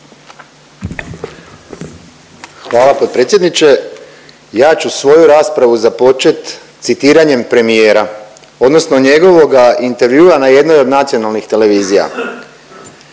Hvala potpredsjedniče. Ja ću svoju raspravu započet citiranjem premijera odnosno njegovoga intervjua na jednoj od nacionalnih televizija,